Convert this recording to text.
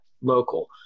local